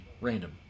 random